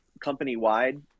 company-wide